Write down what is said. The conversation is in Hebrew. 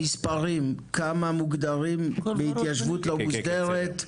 במספרים, כמה מוגדרים בהתיישבות לא מוסדרת?